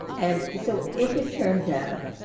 and so if it turns out